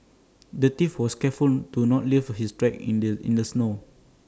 the thief was careful to not leave his tracks in the snow